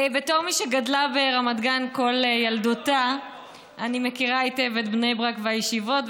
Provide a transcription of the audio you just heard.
בתור מי שגדלה ברמת גן כל ילדותה אני מכירה היטב את בני ברק והישיבות,